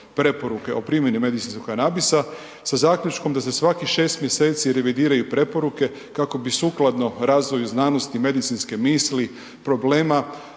preporuke o primjeni medicinskog kanabisa sa zaključkom da se svakih 6 mjeseci revidiraju preporuke kako bi sukladno razvoju znanosti, medicinske misli, problema,